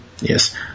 Yes